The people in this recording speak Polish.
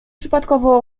przypadkowo